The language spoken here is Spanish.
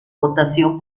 votación